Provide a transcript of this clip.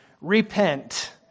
Repent